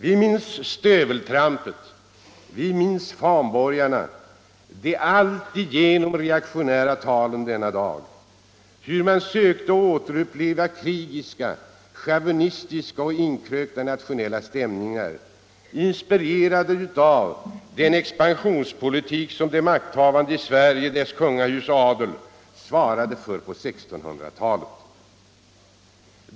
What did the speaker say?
Vi minns stöveltrampet, fanborgarna och de alltigenom reaktionära talen denna dag. Vi minns hur man sökte återuppliva krigiska, chauvinistiska och inkrökta nationella stämningar, inspirerade av den expansionspolitik som de makthavande i Sverige — dess kungahus och adel — svarade för på 1600-talet.